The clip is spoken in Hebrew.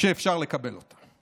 שאפשר לקבל אותן.